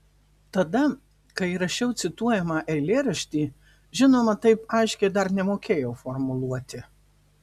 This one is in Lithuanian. tada kai rašiau cituojamą eilėraštį žinoma taip aiškiai dar nemokėjau formuluoti